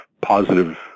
positive